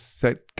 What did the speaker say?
set